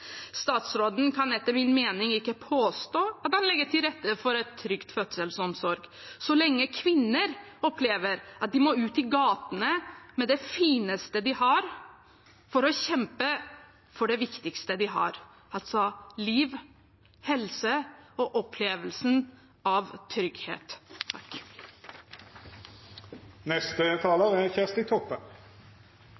Statsråden kan etter min mening ikke påstå at han legger til rette for en trygg fødselsomsorg så lenge kvinner opplever at de må ut i gatene, kledd i det fineste de har, for å kjempe for det viktigste de har, altså liv, helse og opplevelsen av trygghet.